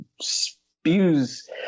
spews